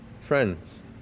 friends